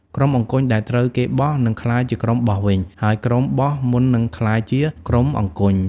ក្រុមអង្គញ់ដែលត្រូវគេបោះ នឹងក្លាយជាក្រុមបោះវិញ ហើយក្រុមបោះមុននឹងក្លាយជាក្រុមអង្គញ់ ។